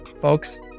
Folks